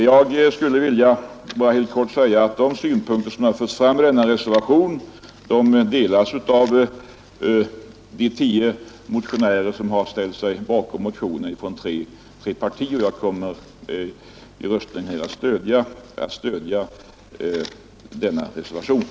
Jag vill helt kort tillägga att de uppfattningar som förts fram i reservationen delas av de tio motionärer från tre partier som har ställt sig bakom motionen 971. Jag kommer i röstningen att stödja reservationen.